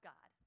God